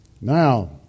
Now